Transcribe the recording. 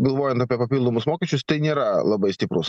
galvojant apie papildomus mokesčius tai nėra labai stiprus